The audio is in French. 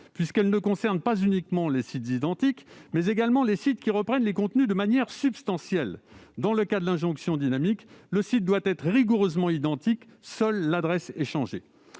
puisqu'elle ne concerne pas uniquement les sites identiques, mais également les sites qui reprennent les contenus de manière substantielle. Dans le cas de l'injonction dynamique, le site doit être rigoureusement identique, seule l'adresse étant changée.